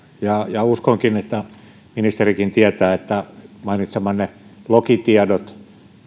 ja uskonkin että ministerikin tietää että mainitsemanne lokitiedot